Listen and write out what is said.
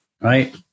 right